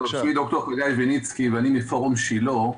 אני מפורום שילה.